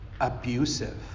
Abusive